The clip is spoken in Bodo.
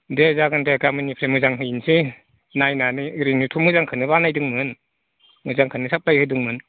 दे जागोन दे गाबोननिफ्राय मोजां हैनोसै नायनानै ओरैनोथ' मोजांखोनो बानायदोंमोन मोजांखोनो साफायै होदोंमोन